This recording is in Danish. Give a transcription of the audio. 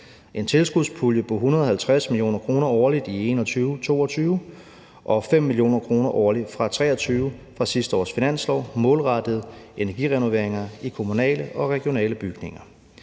En tilskudspulje på 150 mio. kr. årligt i 2021 og 2022 og fra sidste års finanslov 5 mio. kr. årligt fra 2023 målrettet energirenoveringer i kommunale og regionale bygninger;